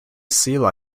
sea